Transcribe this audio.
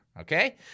okay